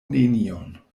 nenion